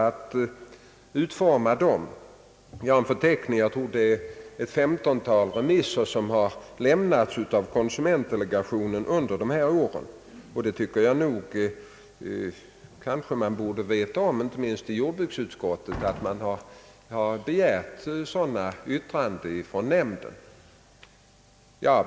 Jag har som sagt en förteckning som visar att ett femtontal remissvar har lämnats av konsumentdelegationen under dessa år, och jag tycker att man inte minst inom jordbruksutskottet borde veta att man begärt sådana yttranden från nämnden.